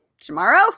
Tomorrow